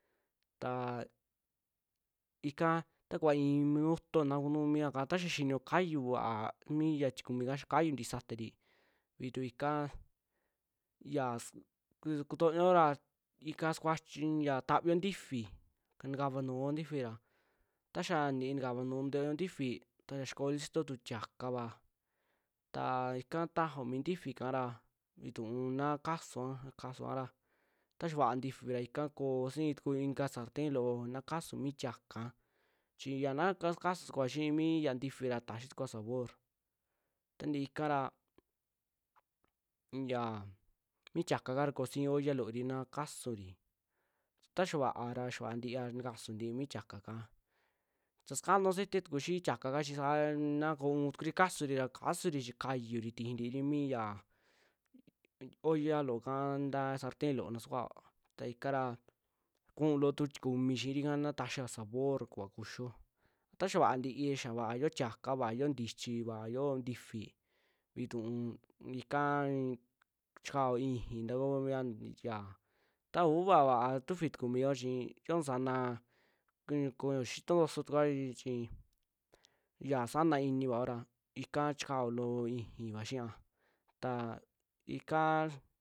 Taa ikaa takuvaa i'i minuto na kunuu mia kaa, ta xaa xinio kayuu va'aa mi ya tikumika xaa kayuu ntii satari vituu ika yaa- su kutonio ra ika sukuachio ya taviio ntifi ntakavaa nuuo mi ntifira taxaa ntii ntaka nuu too ntifi. ta xaa koo listo tu tiakava ta ika tajao mi ntifi ikara vintuu na kasua, kasua ra ta xaa va'a ntifi ra ika koosi'i inka tuku sarten loo na kasuu mi tiaka chi ya na kasutukua xii mia ntifi ra taxitukua sabor tanti'i ikara unm ya mi tiaka ikara xoo sii olla loori na kasuuri, ta xaa va'ara xaa va'a ntiaa, nikasuu ntii mi tiakaka ta sukana ceite tuku xii tiakaka chii saa na koo u'un tukuri, kaasuri chi kayuri tijii ntiri mia yaa k olla looka, nta sarten loo na sakuao ta ikara kuu loo tu tikumi xiirika na taxiiri ya sabor takuva kuxio ta xaa vaa ntii, xaa vaa yo'o tiaka, vaa yo'o ntichi, vaa yo'o ntifi vituu ikaa xichao ixii ntauviaya taa u'uva vaa tufitukuio chii yoo nuusana ki- ko xitontoso tukua i'ichi sanaini vaora ika chikao loo ixiiva xia taa ikaa.